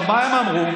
עכשיו, מה הם אמרו?